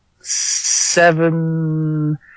seven